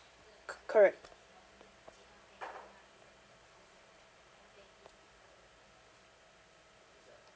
cor~ correct